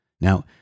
Now